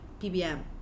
PBM